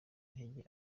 intege